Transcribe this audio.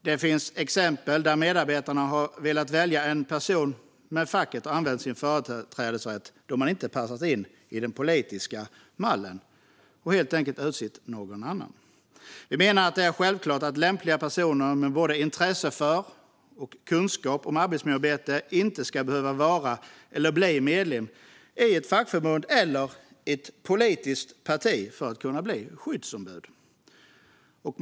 Det finns exempel där medarbetarna har velat välja en person men facket har använt sin företrädesrätt då den personen inte passat in i den politiska mallen och helt enkelt utsett någon annan. Vi menar att det är självklart att lämpliga personer med både intresse för och kunskap om arbetsmiljöarbete inte ska behöva vara eller bli medlemmar i ett fackförbund eller ett politiskt parti för att kunna bli skyddsombud.